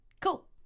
cool